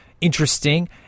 interesting